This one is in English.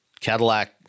Cadillac